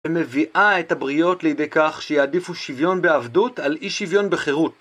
ומביאה את הבריות לידי כך שיעדיפו שוויון בעבדות על אי שוויון בחירות